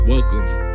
Welcome